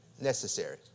Necessary